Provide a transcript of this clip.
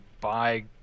buy